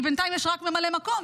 כי בינתיים יש רק ממלא מקום,